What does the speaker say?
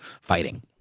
fighting